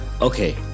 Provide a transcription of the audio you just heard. Okay